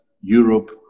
Europe